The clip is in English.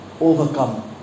overcome